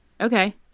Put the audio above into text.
Okay